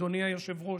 אדוני היושב-ראש,